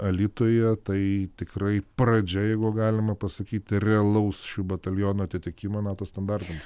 alytuje tai tikrai pradžia jeigu galima pasakyti realaus šių batalionų atitikimo na tas standartinis